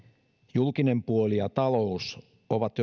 julkinen puoli ja talous ovat